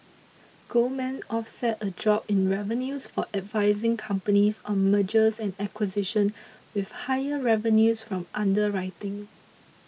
Goldman offset a drop in revenues for advising companies on mergers and acquisition with higher revenues from underwriting